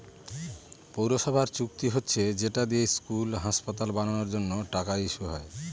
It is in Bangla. পৌরসভার চুক্তি হচ্ছে যেটা দিয়ে স্কুল, হাসপাতাল বানানোর জন্য টাকা ইস্যু হয়